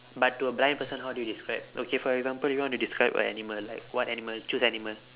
but to a blind person how do you describe okay for example you want to describe a animal like what animal choose animal